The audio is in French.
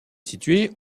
situé